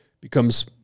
Becomes